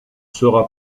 sera